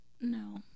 No